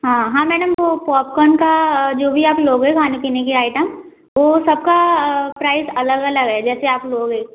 हाँ हाँ मैडम वो पॉपकोन का जो भी आप लोगे खाने पीने की आइटम तो सबका प्राइस अलग अलग है जैसे आप लोगे